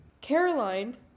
Caroline